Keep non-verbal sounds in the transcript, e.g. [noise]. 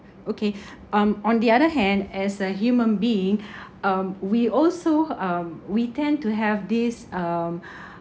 okay [breath] um on the other hand as a human being [breath] um we also um we tend to have this um